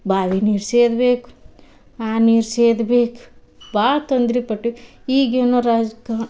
ಬಾವಿ ನೀರು ಸೇದ್ಬೇಕು ಆ ನೀರು ಸೇದ್ಬೇಕು ಭಾಳ ತೊಂದ್ರೆಪಟ್ವಿ ಈಗಿನ ರಾಜ್ಕ